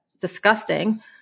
disgusting